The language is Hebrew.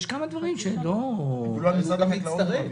חקלאות.